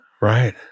Right